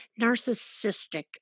narcissistic